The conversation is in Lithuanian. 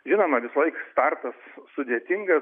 žinoma visąlaik startas sudėtinga